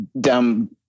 dumb